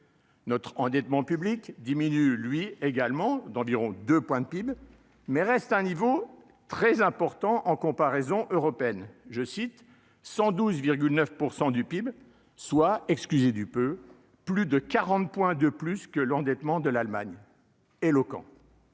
Notre endettement public diminue lui également d'environ 2 points de PIB mais reste à un niveau très important en comparaison européenne, je cite 112 9 % du PIB, soit, excusez du peu, plus de 40 points de plus que l'endettement de l'Allemagne éloquent.